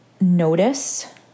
notice